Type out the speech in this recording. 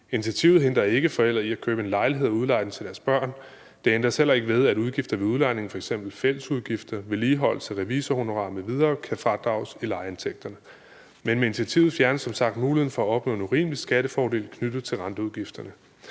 Initiativet hindrer ikke forældre i at købe en lejlighed og udleje den til deres børn. Der ændres heller ikke ved, at udgifter ved udlejning, f.eks. fællesudgifter, vedligeholdelse, revisorhonorarer m.v. kan fradrages i lejeindtægterne. Men med initiativet fjernes som sagt muligheden for at opnå en urimelig skattefordel knyttet til renteudgifterne.